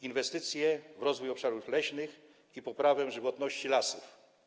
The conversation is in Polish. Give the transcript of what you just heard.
Inwestycje w rozwój obszarów leśnych i poprawę żywotności lasów.